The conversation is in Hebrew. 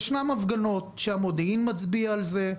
ישנן הפגנות שהמודיעין מצביע על זה,